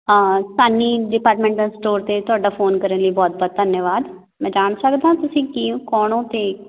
ਹਾਂ ਸਾਨੀ departmental store 'ਤੇ ਤੁਹਾਡਾ ਫੋਨ ਕਰਨ ਲਈ ਬਹੁਤ ਬਹੁਤ ਧੰਨਵਾਦ ਮੈਂ ਜਾਣ ਸਕਦਾਂ ਤੁਸੀਂ ਕੀ ਕੌਣ ਹੋ ਅਤੇ